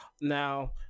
Now